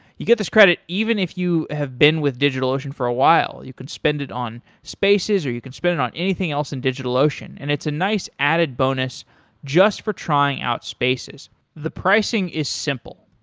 you get this credit, even if you have been with digitalocean for a while. you could spend it on spaces or you could spend it on anything else in digitalocean. and it's a nice added bonus just for trying out spaces the pricing is simple.